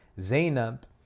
Zainab